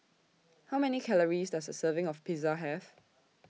How Many Calories Does A Serving of Pizza Have